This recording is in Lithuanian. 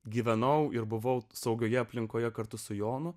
gyvenau ir buvau saugioje aplinkoje kartu su jonu